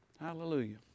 Hallelujah